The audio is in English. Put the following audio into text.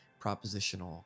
propositional